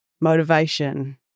motivation